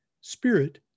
spirit